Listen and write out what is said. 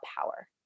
power